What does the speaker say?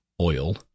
oil